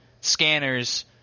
scanners